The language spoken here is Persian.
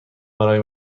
برای